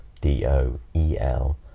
D-O-E-L